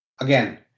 again